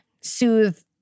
soothe